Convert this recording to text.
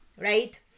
right